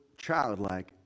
childlike